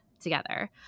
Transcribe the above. together